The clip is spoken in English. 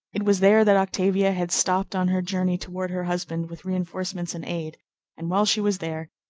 it was there that octavia had stopped on her journey toward her husband with re-enforcements and aid and while she was there,